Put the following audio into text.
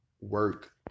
work